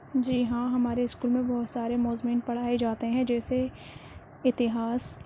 جی ہاں ہمارے اسکول میں بہت سارے مضمون پڑھائے جاتے ہیں جیسے اتہاس